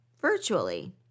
virtually